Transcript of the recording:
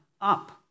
up